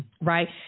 Right